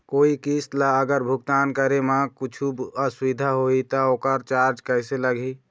कोई किस्त ला अगर भुगतान करे म कुछू असुविधा होही त ओकर चार्ज कैसे लगी?